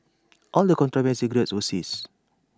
all the contraband cigarettes were seized